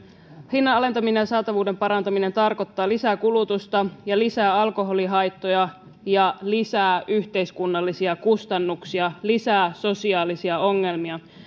hinnan alentaminen ja saatavuuden parantaminen tarkoittavat lisää kulutusta lisää alkoholihaittoja lisää yhteiskunnallisia kustannuksia ja lisää sosiaalisia ongelmia